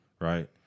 right